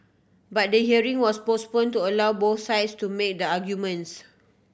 but they hearing was postpone to allow both sides to made arguments